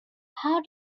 how